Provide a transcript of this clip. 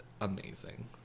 amazing